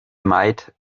might